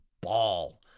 ball